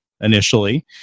initially